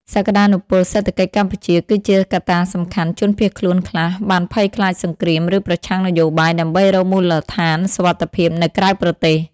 សក្តានុពលសេដ្ឋកិច្ចកម្ពុជាគឺជាកត្តាសំខាន់ជនភៀសខ្លួនខ្លះបានភ័យខ្លាចសង្គ្រាម ឬប្រឆាំងនយោបាយ ដើម្បីរកមូលដ្ឋានសុវត្ថិភាពនៅក្រៅប្រទេស។